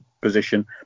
position